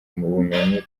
ubumenyi